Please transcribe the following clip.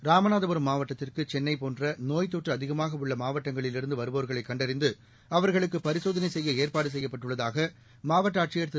ராமநாதபுரம் மாவட்டத்திற்கு சென்னை போன்ற நோய்த் தொற்று அதிகமாக உள்ள மாவட்டங்களிலிருந்து வருவோர்களை கண்டறிந்து அவர்களுக்கு பரிசோதனை செய்ய ஏற்பாடு செய்யப்பட்டுள்ளதாக மாவட்ட ஆட்சியர் திரு